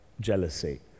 jealousy